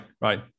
right